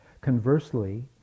Conversely